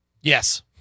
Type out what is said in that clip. Yes